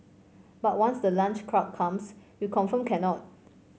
but once the lunch crowd comes you confirmed cannot